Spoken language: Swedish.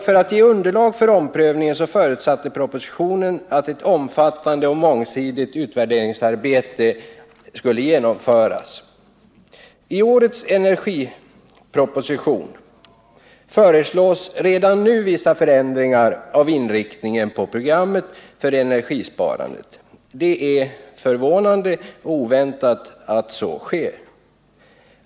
För att ge underlag för omprövningen förutsatte propositionen att ett omfattande och mångsidigt utvärderingsarbete skulle genomföras. I årets energiproposition föreslås redan nu vissa förändringar av inriktningen på programmet för energisparande. Det är förvånande och oväntat att så sker.